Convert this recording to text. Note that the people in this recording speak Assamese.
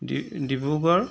ডিব্ৰুগড়